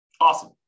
Awesome